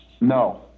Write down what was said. No